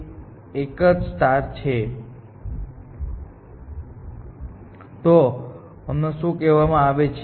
તેથી મૂળભૂત રીતે મારે આ ને અહીં મૂકવું પડશે કારણ કે અમે ધાર્યું છે કે આ ગ્રાફમાં આ શ્રેષ્ઠ માર્ગ છે